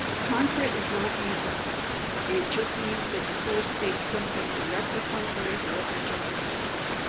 contra is not used often it just means that the source states something directly contrary to what you just asserted.